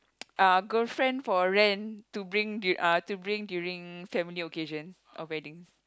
uh girlfriend for rent to bring uh to bring during family occasions or weddings